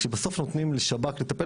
כשבסוף נותנים לשב"כ לטפל,